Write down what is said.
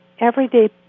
everyday